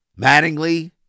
Mattingly